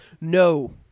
No